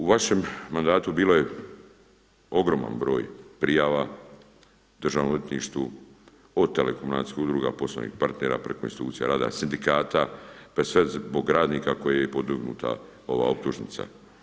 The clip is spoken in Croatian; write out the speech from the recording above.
U vašem mandatu bilo je ogroman broj prijava Državnom odvjetništvu od telekomunikacijskih udruga, poslovnih partnera, preko institucija rada, sindikata pa sve zbog radnika kojeg je podignuta ova optužnica.